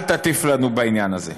אל תטיף לנו בעניין הזה.